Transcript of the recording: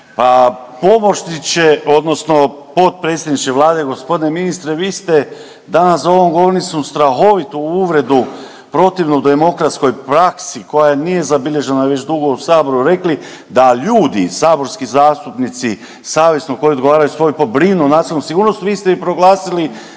Pa pomoćniče, odnosno potpredsjedniče Vlade, gospodine ministre vi ste danas za ovom govornicom strahovitu uvredu protivnu demokratskoj praksi koja nije zabilježena već dugo u Saboru rekli da ljudi, saborski zastupnici savjesno koji odgovaraju, brinu o nacionalnoj sigurnosti vi ste ih proglasili